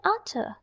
utter